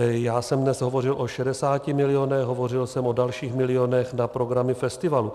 Já jsem dnes hovořil o 60 milionech, hovořil jsem o dalších milionech na programy festivalů.